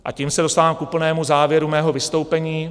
A tím se dostávám k úplnému závěru mého vystoupení.